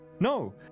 No